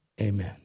Amen